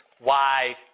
wide